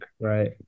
right